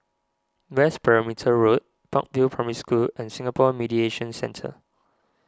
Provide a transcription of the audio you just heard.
West Perimeter Road Park View Primary School and Singapore Mediation Centre